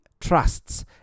trusts